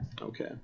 okay